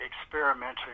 experimenting